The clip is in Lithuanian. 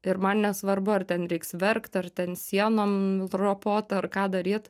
ir man nesvarbu ar ten reiks verkt ar ten sienom ropot ar ką daryt